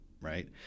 right